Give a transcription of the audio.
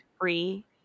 free